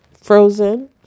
frozen